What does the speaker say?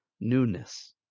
newness